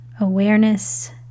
awareness